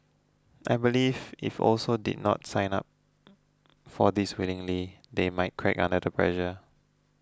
I believe if also did not sign up for this willingly they might crack under the pressure